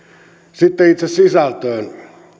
sitten itse sisältöön